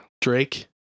Drake